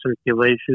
circulation